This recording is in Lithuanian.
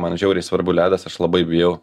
man žiauriai svarbu ledas aš labai bijau